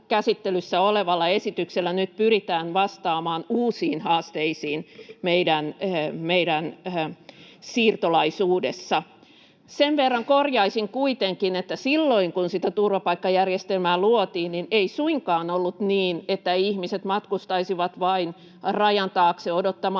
olevalla esityksellä nyt pyritään vastaamaan uusiin haasteisiin meidän siirtolaisuudessa. Sen verran korjaisin kuitenkin, että silloin, kun sitä turvapaikkajärjestelmää luotiin, ei suinkaan ollut niin, että ihmiset matkustaisivat vain rajan taakse odottamaan